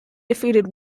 defeated